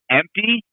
empty